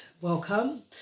welcome